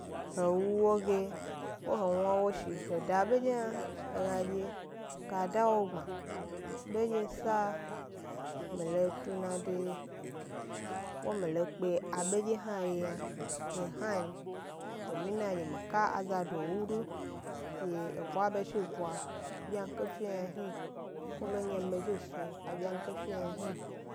He wu wo ge, ko he wna wo shi he da bedye hna, he ga dye ga da wo gbma, bedye sa mi lo tuna de ko mi lo kpe abedye hna n, domin na ge mi ka azado wu du dye ebwa dye ya be zhi bwa byiyanke 'fe yna hni, ko bendye mi be zhi mi snu abyiyanke 'fe yna hni.